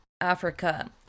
Africa